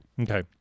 Okay